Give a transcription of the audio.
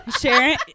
Sharon